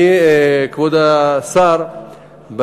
כבוד השר,